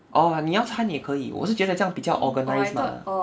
orh 你要参也可以我是觉得这样比较 organized mah but okay cause I was thinking of my album weird words